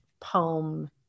poem